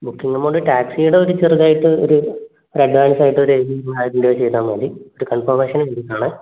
booking amount ടാക്സിയുടെ ഒരു ചെറുതായിട്ട് ഒരു ഒരു അഡ്വാൻസ് ആയിട്ട് ഒരു എഴുനൂറ് രൂപയോ ആയിരം രൂപയോ ചെയ്താൽ മതി ഒരു കൺഫോമേഷൻ എന്ന രീതിയിലാണേ